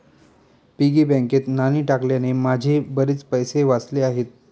piggy बँकेत नाणी टाकल्याने माझे बरेच पैसे वाचले आहेत